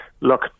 Look